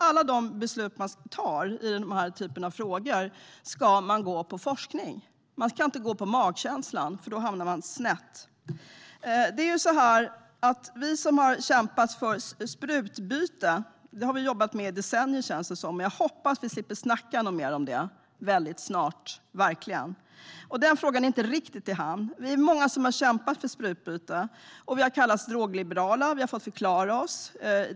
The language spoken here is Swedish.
Alla beslut som man tar i denna typ av frågor ska tas utifrån forskning. Man ska inte gå på magkänslan, för då hamnar man snett. Det känns som om vi har jobbat med frågan om sprutbyte i decennier, men jag hoppas att vi snart slipper snacka något mer om det. Den frågan är inte riktigt i hamn. Vi är många som har kämpat för sprutbyte, och vi har kallats drogliberala. Vi har fått förklara oss.